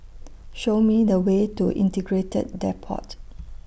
Show Me The Way to Integrated Depot